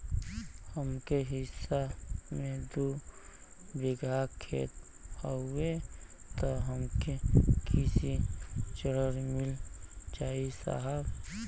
हमरे हिस्सा मे दू बिगहा खेत हउए त हमके कृषि ऋण मिल जाई साहब?